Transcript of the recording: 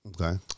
Okay